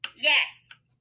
Yes